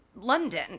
London